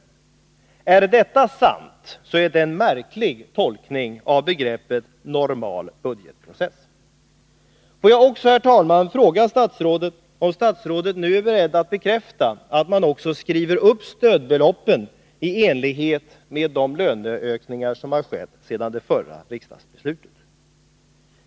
Är detta sant är det en märklig tolkning av begreppet normal budgetprocess. Får jag vidare, herr talman, fråga om statsrådet är beredd att bekräfta att man också skriver upp stödbeloppen i enlighet med de löneökningar som har skett sedan det förra riksdagsbeslutet.